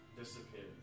disappeared